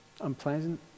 Unpleasant